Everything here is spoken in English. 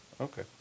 Okay